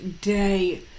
day